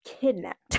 kidnapped